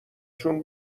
چون